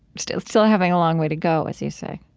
still still having a long way to go, as you say.